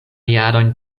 jarojn